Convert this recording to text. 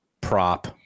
prop